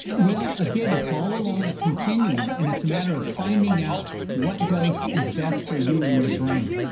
well, again, it's all along a continuum and it's a matter of finding out what dose is best for you and your brain.